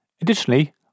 Additionally